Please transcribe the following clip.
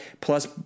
plus